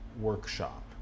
workshop